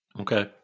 Okay